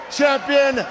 champion